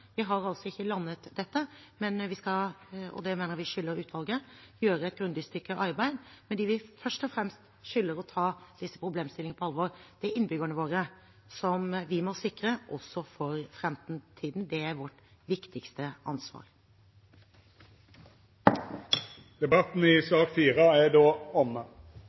Vi har ikke landet dette, men vi skal – og det mener jeg vi skylder utvalget – gjøre et grundig stykke arbeid. Men de vi først og fremst skylder å ta disse problemstillingene på alvor, er innbyggerne våre, som vi må sikre også for framtiden. Det er vårt viktigste ansvar. Debatten i sak nr. 4 er